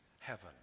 heaven